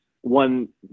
one